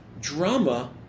drama